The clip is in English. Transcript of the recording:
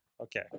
Okay